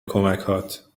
کمکهات